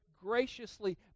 graciously